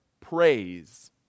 praise